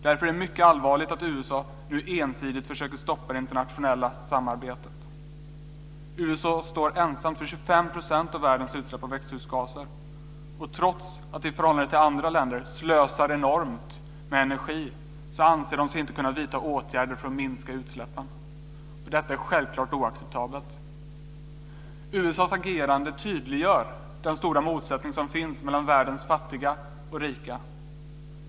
Därför är det mycket allvarligt att USA nu ensidigt försöker stoppa det internationella samarbetet. USA står ensamt för 25 % av världens utsläpp av växthusgaser, och trots att USA i förhållande till andra länder slösar enormt med energi anser man sig inte kunna vidta åtgärder för att minska utsläppen. Detta är självfallet oacceptabelt. USA:s agerande tydliggör den stora motsättning som finns mellan världens fattiga och rika.